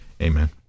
Amen